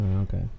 okay